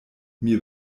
mir